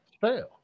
fail